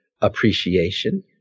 appreciation